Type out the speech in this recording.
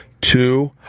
two